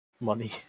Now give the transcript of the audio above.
money